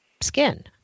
skin